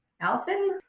Allison